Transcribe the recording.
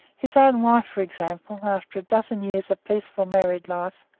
his own wife, for example, after a dozen years of peaceful married life,